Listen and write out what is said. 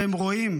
והם רואים,